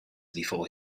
before